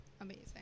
amazing